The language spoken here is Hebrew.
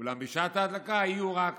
אולם בשעת ההדלקה יהיו רק